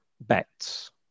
bets